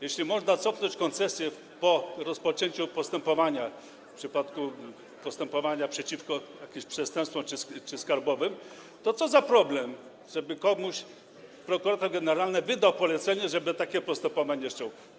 Jeśli można cofnąć koncesję po rozpoczęciu postępowania, w przypadku postępowania przeciwko jakimś przestępstwom, np. skarbowym, to co za problem, żeby komuś prokurator generalny wydał polecenie, żeby takie postępowanie wszczął.